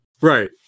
Right